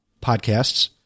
podcasts